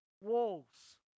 walls